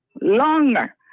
longer